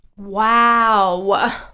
wow